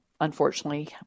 unfortunately